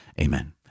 amen